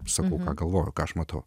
sakau ką galvoju ką aš matau